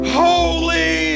holy